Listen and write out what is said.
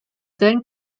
then